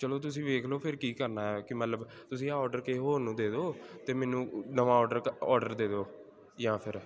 ਚਲੋ ਤੁਸੀਂ ਵੇਖ ਲਓ ਫਿਰ ਕੀ ਕਰਨਾ ਕਿ ਮਤਲਬ ਤੁਸੀਂ ਆਹ ਔਡਰ ਕਿਸੇ ਹੋਰ ਨੂੰ ਦੇ ਦਿਓ ਅਤੇ ਮੈਨੂੰ ਨਵਾਂ ਔਡਰ ਔਡਰ ਦੇ ਦਿਓ ਜਾਂ ਫਿਰ